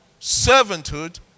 servanthood